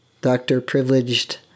doctor-privileged